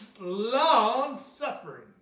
long-suffering